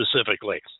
specifically